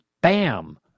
bam